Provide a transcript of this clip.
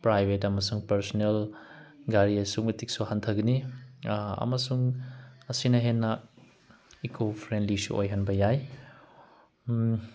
private ꯑꯃꯁꯨꯡ personal ꯒꯥꯔꯤ ꯑꯁꯨꯛꯀꯤ ꯃꯇꯤꯛꯁꯨ ꯍꯟꯊꯒꯅꯤ ꯑꯃꯁꯨꯡ ꯑꯁꯤꯅ ꯍꯦꯟꯅ ꯏꯀꯣ ꯐ꯭ꯔꯦꯟꯂꯤꯁꯨ ꯑꯣꯏꯍꯟꯕ ꯌꯥꯏ